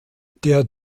der